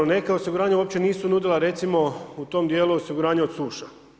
Neka osiguranja uopće nisu nudila, recimo, u tome dijelu osiguranja od suša.